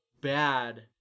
bad